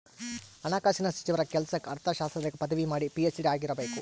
ಹಣಕಾಸಿನ ಸಚಿವರ ಕೆಲ್ಸಕ್ಕ ಅರ್ಥಶಾಸ್ತ್ರದಾಗ ಪದವಿ ಮಾಡಿ ಪಿ.ಹೆಚ್.ಡಿ ಆಗಿರಬೇಕು